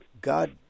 God